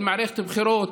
של מערכת הבחירות.